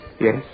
Yes